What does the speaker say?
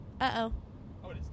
Uh-oh